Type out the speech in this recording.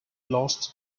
lost